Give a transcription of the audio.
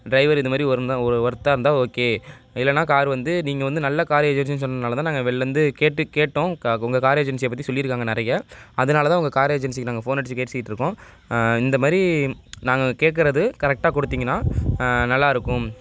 driver இந்தமாதிரி ஒர்த்தாக இருந்தால் ஓகே இல்லைனா கார் வந்து நீங்கள் வந்து நல்ல கார் ஏஜென்சினு சொன்னதினால தான் நாங்கள் வெளிலருந்து கேட்டு கேட்டோம் க உங்கள் கார் ஏஜென்சியை பற்றி சொல்லியிருக்காங்க நிறைய அதனால தான் உங்கள் கார் ஏஜென்சிக்கு நாங்கள் ஃபோன் அடிச்சு பேசிட்டிருக்கோம் இந்தமாதிரி நாங்கள் கேட்குறது கரெக்டாக கொடுத்திங்கன்னா நல்லாயிருக்கும்